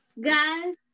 guys